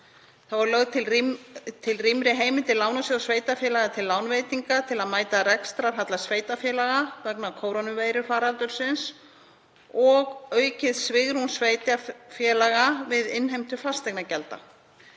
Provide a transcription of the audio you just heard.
Þá er lögð til rýmri heimild Lánasjóðs sveitarfélaga til lánveitinga til að mæta rekstrarhalla sveitarfélaga vegna kórónuveirufaraldursins og aukið svigrúm sveitarfélaga við innheimtu fasteignagjalda.